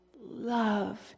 love